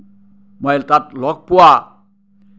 মই তাত লগ পোৱা